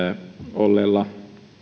olleella